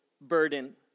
burden